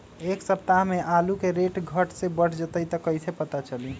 एक सप्ताह मे आलू के रेट घट ये बढ़ जतई त कईसे पता चली?